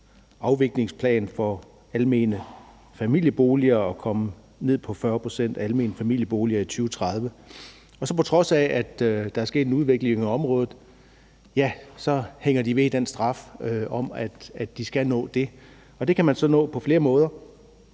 afviklingsplan for almene familieboliger, så området kommer ned på 40 pct. almene familieboliger i 2030. På trods af at der er sket en udvikling i området, ja, så hænger de på den straf om, at de skal nå det. Og det kan man så gøre på flere måder.